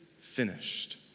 finished